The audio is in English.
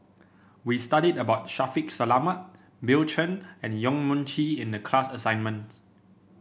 we studied about Shaffiq Selamat Bill Chen and Yong Mun Chee in the class assignment